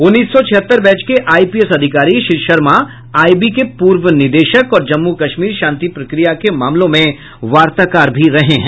उन्नीस सौ छिहत्तर बैच के आईपीएस अधिकारी श्री शर्मा आईबी के पूर्व निदेशक और जम्मु कश्मीर शांति प्रक्रिया के मामलों में वार्ताकार भी रहे हैं